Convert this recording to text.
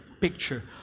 picture